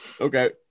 Okay